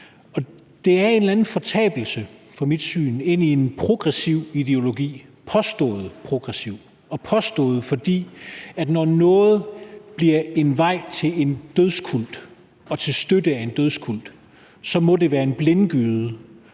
synspunkt en eller anden fortabelse ind i en påstået progressiv ideologi. Den er påstået, fordi når noget bliver en vej til en dødskult og til støtte af en dødskult, må det være en blindgyde.